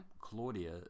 Claudia